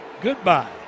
Goodbye